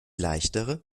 leichtere